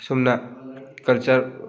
ꯑꯁꯨꯝꯅ ꯀꯜꯆꯔ